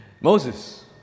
Moses